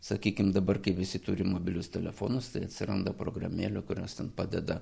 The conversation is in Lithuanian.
sakykim dabar kai visi turi mobilius telefonus tai atsiranda programėlių kurios ten padeda